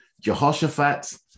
jehoshaphat